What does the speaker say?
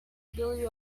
ability